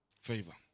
favor